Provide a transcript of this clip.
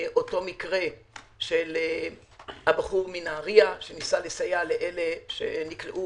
המקרה של הבחור מנהרייה שניסה לסייע לאנשים שנקלעו